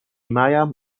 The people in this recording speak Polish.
maya